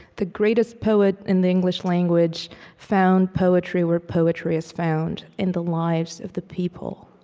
the greatest poet in the english language found poetry where poetry is found in the lives of the people.